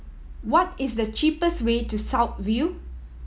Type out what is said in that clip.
what is the cheapest way to South View